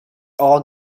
all